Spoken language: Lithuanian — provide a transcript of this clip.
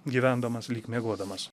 gyvendamas lyg miegodamas